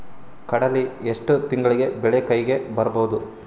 ಕಡಲಿ ಎಷ್ಟು ತಿಂಗಳಿಗೆ ಬೆಳೆ ಕೈಗೆ ಬರಬಹುದು?